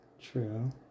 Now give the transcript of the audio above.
true